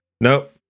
Nope